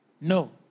No